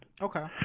Okay